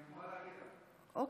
אוקיי,